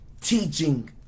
teaching